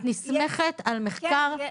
את נסמכת על מחקר?